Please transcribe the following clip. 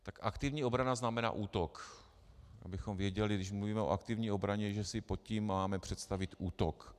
Tak aktivní obrana znamená útok, abychom věděli, když mluvíme o aktivní obraně, že si pod tím máme představit útok.